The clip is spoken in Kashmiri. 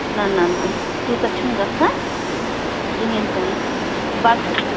نہ نہ نہ تیوتاہ چھُ نہٕ گَژھان کِہیٖنۍ تہِ نہٕ بَتہٕ چھُ